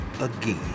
again